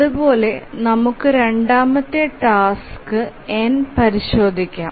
അതുപോലെ നമുക്ക് രണ്ടാമത്തെ ടാസ്ക് n പരിശോധിക്കാം